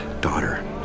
daughter